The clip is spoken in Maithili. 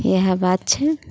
इएहे बात छै